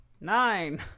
Nine